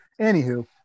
anywho